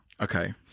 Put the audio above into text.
okay